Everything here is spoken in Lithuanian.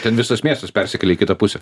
ten visas miestas persikėlė į kitą pusę